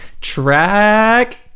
track